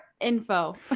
info